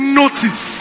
notice